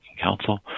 council